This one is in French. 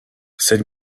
cette